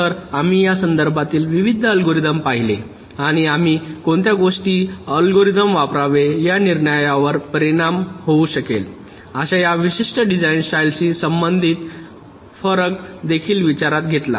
तर आम्ही या संदर्भातील विविध अल्गोरिदम पाहिले आणि आम्ही कोणते विशिष्ट अल्गोरिदम वापरावे या निर्णयावर परिणाम होऊ शकेल अशा या विशिष्ट डिझाइन स्टाइलशी संबंधित फरक देखील विचारात घेतला